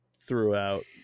throughout